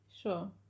Sure